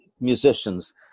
musicians